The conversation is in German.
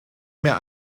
mehr